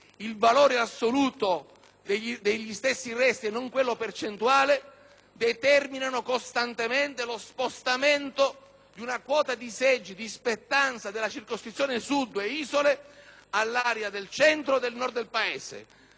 determinano costantemente lo spostamento di una quota di seggi di spettanza della circoscrizione Sud e isole, all'area del Centro e del Nord del Paese, determinando un impoverimento della rappresentanza politica di quei territori.